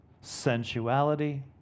sensuality